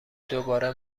دوباره